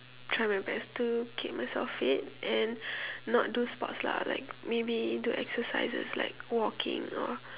try my best to keep myself fit and not do sports lah like maybe do exercises like walking or